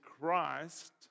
Christ